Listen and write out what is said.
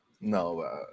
No